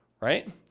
Right